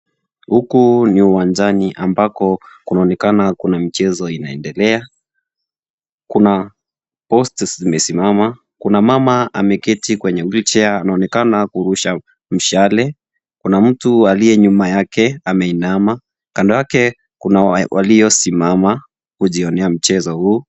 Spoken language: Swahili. Huku ni uwanjani ambako kunaonekana kuna mchezo inaendelea. Kuna posts zimesimama. Kuna mama ameketi kwenye wheelchair . Anaonekana kurusha mshale. Kuna mtu aliye nyuma yake ameinama. Kando yake kuna waliosimama kujionea mchezo huu.